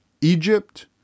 Egypt